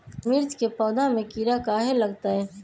मिर्च के पौधा में किरा कहे लगतहै?